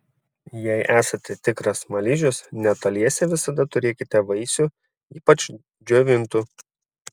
jei esate tikras smaližius netoliese visada turėkite vaisių ypač džiovintų